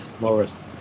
Loris